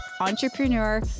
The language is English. entrepreneur